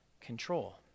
control